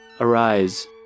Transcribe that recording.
arise